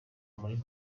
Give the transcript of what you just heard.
muri